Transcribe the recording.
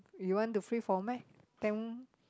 you want to free format then